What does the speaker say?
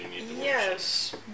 Yes